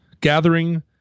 gathering